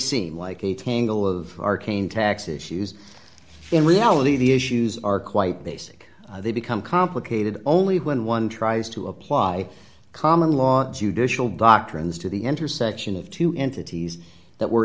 seem like a tangle of arcane tax issues in reality the issues are quite basic they become complicated only when one tries to apply common law judicial doctrines to the intersection of two entities that were